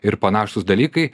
ir panašūs dalykai